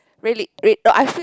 really wait no I feel